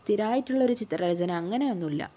സ്ഥിരമായിട്ട് ഉള്ള ഒരു ചിത്രരചന അങ്ങനെ ഒന്നുല്ല